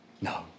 No